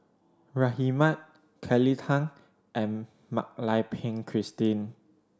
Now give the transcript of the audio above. Rahimah Kelly Tang and Mak Lai Peng Christine